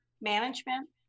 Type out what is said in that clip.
management